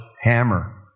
hammer